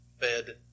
fed